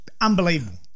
Unbelievable